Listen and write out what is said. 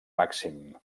màxim